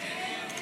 19